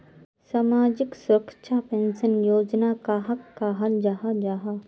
सामाजिक सुरक्षा पेंशन योजना कहाक कहाल जाहा जाहा?